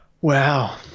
wow